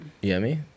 Yummy